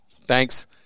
Thanks